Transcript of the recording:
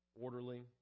orderly